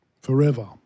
forever